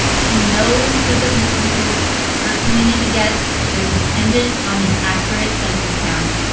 she knows that the resources her community gets, they're dependent on an accurate census count.